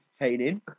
entertaining